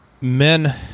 Men